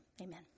amen